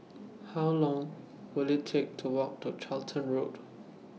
How Long Will IT Take to Walk to Charlton Road